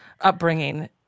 upbringing